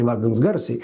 įvardins garsiai